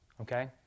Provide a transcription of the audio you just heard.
Okay